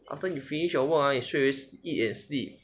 after you finish your work ah you straightaway eat and sleep